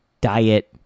diet